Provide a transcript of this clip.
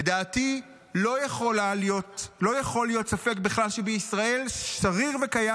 לדעתי לא יכול להיות ספק בכך שבישראל שריר וקיים